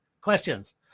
questions